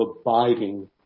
abiding